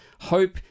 hope